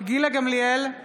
גילה גמליאל,